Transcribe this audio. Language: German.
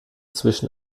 zwischen